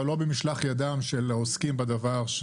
לא במשלח ידם של העוסקים בדבר,